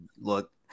look